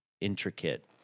intricate